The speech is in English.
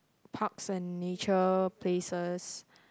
parks and nature places